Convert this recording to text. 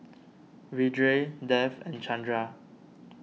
Vedre Dev and Chandra